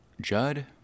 Judd